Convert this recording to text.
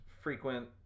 frequent